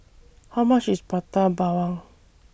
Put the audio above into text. How much IS Prata Bawang